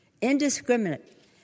indiscriminate